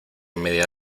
media